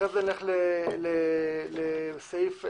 אחר כך טופס 6,